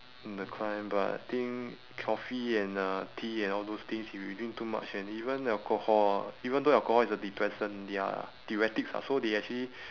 in the climb but I think coffee and uh tea and all those things if you drink too much and even alcohol even though alcohol is a depressant ya theoretics ah so they actually